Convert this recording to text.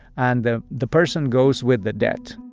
and the the person goes with the debt